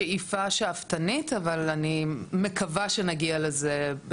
זו שאיפה שאפתנית, אבל אני מקווה שכן נגיע לזה.